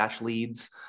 leads